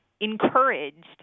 encouraged